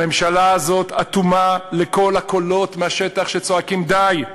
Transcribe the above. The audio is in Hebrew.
הממשלה הזאת אטומה לכל הקולות מהשטח שצועקים: די,